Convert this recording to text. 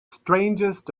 strangest